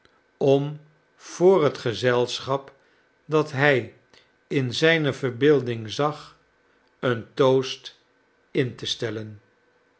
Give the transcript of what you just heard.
om voor het gezelschap dat hij in zijne verbeelding zag een toast in te stellen